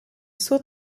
suo